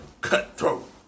cutthroat